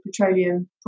petroleum